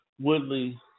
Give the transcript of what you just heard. Woodley